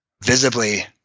visibly